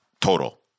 total